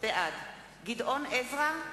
בעד גדעון עזרא,